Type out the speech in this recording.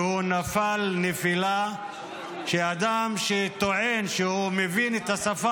כי הוא נפל נפילה שאדם שטוען שהוא מבין את השפה